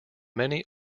many